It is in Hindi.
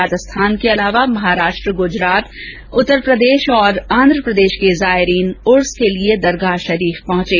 राजस्थान के अलावा महाराष्ट्र गुजरात उत्तरप्रदेश आंध्र प्रदेश के जायरीन उर्से के लिए दरगाह शरीफ पहुंचे